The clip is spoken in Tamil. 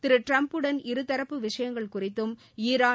திரு டிரம்புடன் இருதரப்பு விஷயங்கள் குறித்தும் ஈரான்